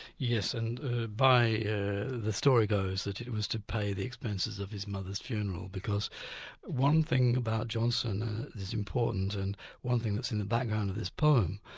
yes, and the story goes that it was to pay the expenses of his mother's funeral, because one thing about johnson that's important, and one thing that's in the background of his poem,